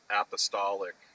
apostolic